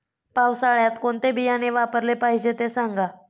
पावसाळ्यात कोणते बियाणे वापरले पाहिजे ते सांगा